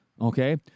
okay